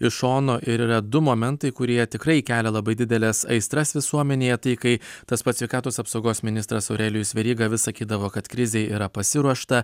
iš šono ir yra du momentai kurie tikrai kelia labai dideles aistras visuomenėje tai kai tas pats sveikatos apsaugos ministras aurelijus veryga vis sakydavo kad krizei yra pasiruošta